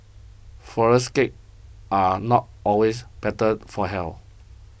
Flourless Cakes are not always better for health